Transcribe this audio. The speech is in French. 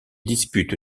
dispute